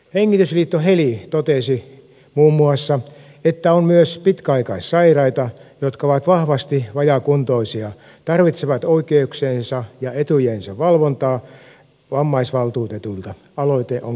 hengitysliitto heli totesi muun muassa että on myös pitkäaikaissairaita jotka ovat vahvasti vajaakuntoisia tarvitsevat oikeuksiensa ja etujensa valvontaa vammaisvaltuutetulta ja että aloite on kannatettava